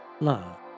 love